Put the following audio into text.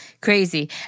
crazy